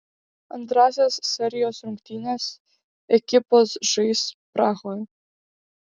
antrąsias serijos rungtynes ekipos žais prahoje